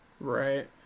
Right